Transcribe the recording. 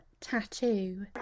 tattoo